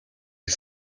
гэж